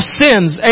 sins